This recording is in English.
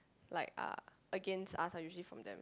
like are against us are usually from them